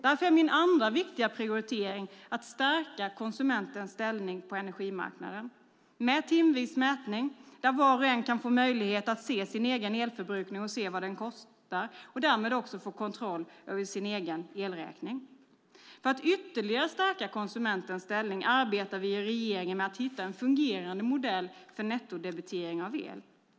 Därför är min andra viktiga prioritering att stärka konsumentens ställning på energimarknaden, med timvis mätning där var och en kan få möjlighet att se sin egen elförbrukning och vad den kostar och därmed få kontroll på sin egen elräkning. För att ytterligare stärka konsumentens ställning arbetar vi i regeringen med att hitta en fungerande modell för nettodebitering av el.